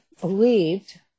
believed